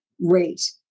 rate